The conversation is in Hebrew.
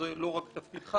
זה לא רק תפקידך,